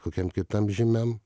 kokiam kitam žymiam